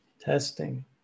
testing